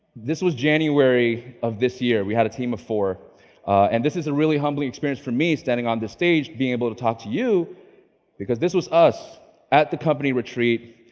this was january of this year. we had a team of four and this is a really humbling experience for me standing on this stage, being able to talk to you because this was us at the company retreat.